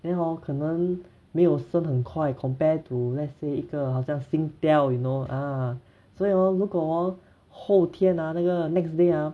then hor 可能没有升很快 compare to let's say 一个好像 Singtel you know ah 所以 hor 如果 hor 后天啊那个 next day ah